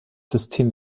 system